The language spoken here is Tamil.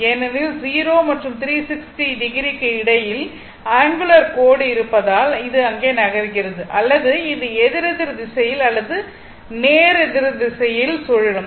ஏனெனில் 0 மற்றும் 360o க்கு இடையில் அங்குலர் கோடு இருப்பதால் அது இங்கே நகர்கிறது அல்லது இது எதிர் எதிர் திசையில் அல்லது நேர் திசையில் சுழலும்